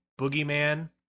Boogeyman